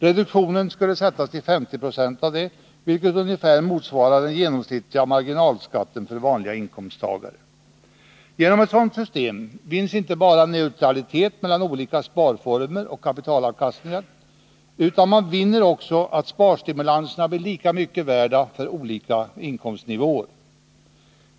Reduktionen skulle sättas till 50 90 av det, vilket tiska åtgärder tiska åtgärder motsvarar ungefär den genomsnittliga marginalskatten för vanliga inkomsttagare. Genom ett sådant system vinns inte bara att man får neutralitet mellan olika sparformer och kapitalavkastningar, utan också att sparstimulanser blir lika mycket värda för olika inkomstnivåer.